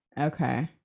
Okay